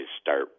start